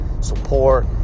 support